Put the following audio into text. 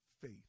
faith